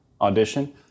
audition